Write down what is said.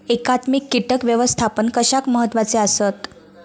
एकात्मिक कीटक व्यवस्थापन कशाक महत्वाचे आसत?